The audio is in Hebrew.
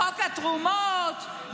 בחוק התרומות,